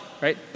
right